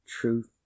truth